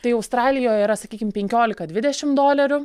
tai australijoj yra sakykim penkiolika dvidešimt dolerių